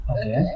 Okay